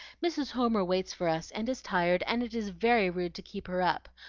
mrs. homer waits for us, and is tired, and it is very rude to keep her up.